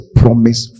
promise